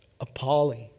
appalling